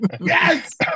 Yes